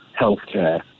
healthcare